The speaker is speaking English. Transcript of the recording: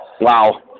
wow